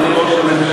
אדוני ראש הממשלה,